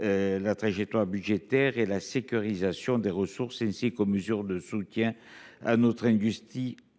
La trajectoire budgétaire et la sécurisation des ressources ainsi qu'aux mesures de soutien à notre industrie